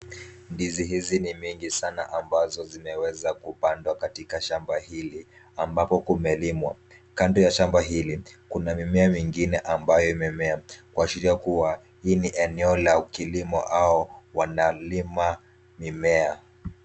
Ndizi hizi ni mingi sana ambazo zimeweza kupandwa katika shamba hili ambapo kumelimwa, kando ya shamba hili kuna mimea mingine ambayo imemea kuashiria kuwa hili ni eneo la kilimo au wanalima mimea.